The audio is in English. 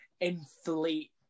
inflate